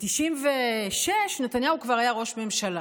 ב-1996 נתניהו כבר היה ראש ממשלה.